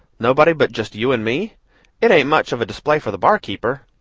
nobody but just you and me it ain't much of a display for the barkeeper.